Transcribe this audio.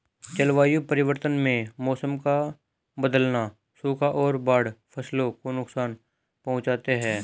जलवायु परिवर्तन में मौसम का बदलना, सूखा और बाढ़ फसलों को नुकसान पहुँचाते है